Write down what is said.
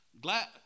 Glad